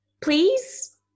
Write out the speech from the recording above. please